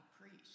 priest